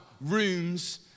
rooms